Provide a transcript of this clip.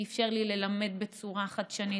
שאפשר לי ללמד בצורה חדשנית.